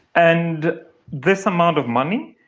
and this amount of money,